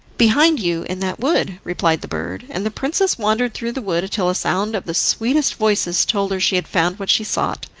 behind you, in that wood, replied the bird, and the princess wandered through the wood, till a sound of the sweetest voices told her she had found what she sought.